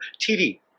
TV